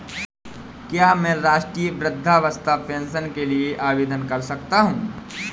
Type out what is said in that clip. क्या मैं राष्ट्रीय वृद्धावस्था पेंशन योजना के लिए आवेदन कर सकता हूँ?